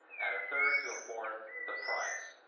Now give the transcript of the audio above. at a third to fourth the price.